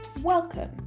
Welcome